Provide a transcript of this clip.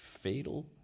fatal